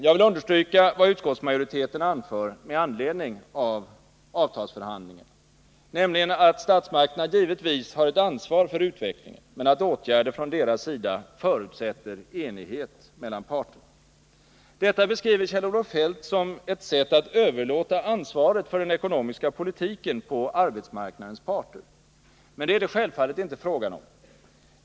Jag vill understryka vad utskottsmajoriteten anför med anledning av avtalsförhandlingarna, nämligen att statsmakterna givetvis har ett ansvar för utvecklingen, men att åtgärder från deras sida förutsätter enighet mellan parterna. Detta beskriver Kjell-Olof Feldt som ett sätt att överlåta ansvaret för den ekonomiska politiken på arbetsmarknadens parter. Men det är det självfallet inte fråga om.